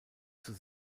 zur